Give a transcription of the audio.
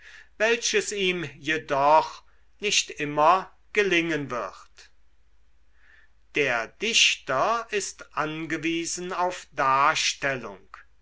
welches ihm jedoch nicht immer gelingen wird der dichter ist angewiesen auf darstellung